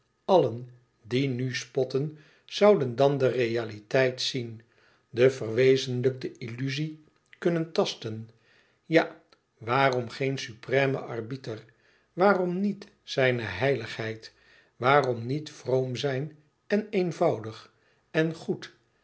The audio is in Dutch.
allen die nu spotten zouden dàn de realiteit zien de verwezenlijkte illuzie kunnen tasten ja waarom geen supreme arbiter waarom niet zijne heiligheid waarom niet vroom zijn en eenvoudig en goed